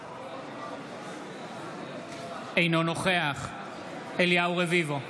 אינו נוכח אליהו רביבו,